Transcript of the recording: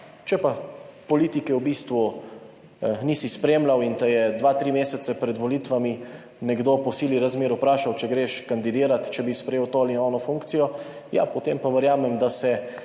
Če pa politike v bistvu nisi spremljal in te je dva, tri mesece pred volitvami nekdo po sili razmer vprašal, če greš kandidirati, če bi sprejel to ali in ono funkcijo, ja, potem pa verjamem, da se